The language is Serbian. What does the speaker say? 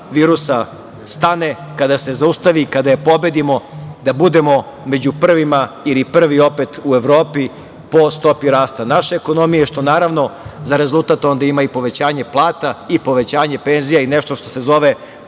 virusa stane, kada se zaustavi, kada je pobedimo, budemo među prvim ili prvi opet u Evropi po stopi rasta naše ekonomije, što za rezultat onda ima i povećanje plata i povećanje penzija i nešto što se zove